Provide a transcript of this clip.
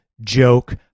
joke